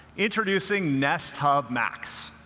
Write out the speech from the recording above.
introducing nest hub max.